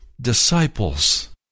disciples